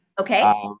Okay